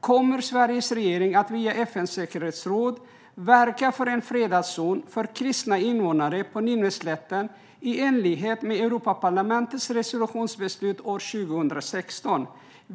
Kommer Sveriges regering att via FN:s säkerhetsråd verka för en fredad zon för kristna invånare på Nineveslätten i enlighet med Europaparlamentets resolutionsbeslut år 2016?